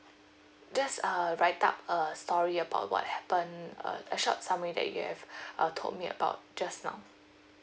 just uh write up a story about what happened uh a short summary that you have uh told me about just now